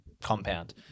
compound